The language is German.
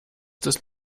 des